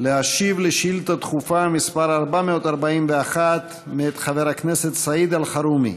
להשיב על שאילתה דחופה מס' 441 מאת חבר הכנסת סעיד אלחרומי.